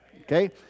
Okay